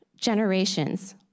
generations